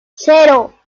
cero